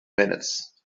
minutes